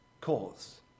cause